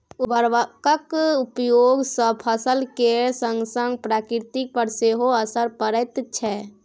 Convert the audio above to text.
उर्वरकक उपयोग सँ फसल केर संगसंग प्रकृति पर सेहो असर पड़ैत छै